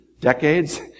decades